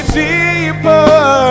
deeper